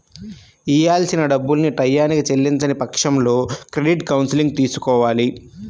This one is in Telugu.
ఇయ్యాల్సిన డబ్బుల్ని టైయ్యానికి చెల్లించని పక్షంలో క్రెడిట్ కౌన్సిలింగ్ తీసుకోవాలి